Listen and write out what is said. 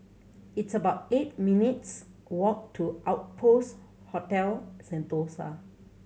it's about eight minutes' walk to Outpost Hotel Sentosa